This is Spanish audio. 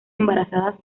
embarazadas